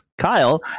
Kyle